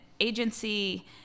agency